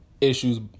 issues